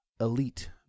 elite